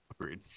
agreed